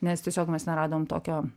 nes tiesiog mes neradom tokio